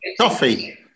Coffee